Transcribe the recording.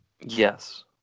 Yes